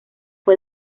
fue